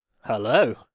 hello